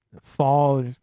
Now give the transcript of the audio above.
fall